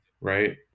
right